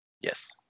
Yes